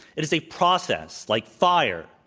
it is a process like fire.